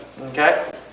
Okay